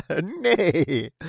nay